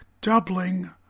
doubling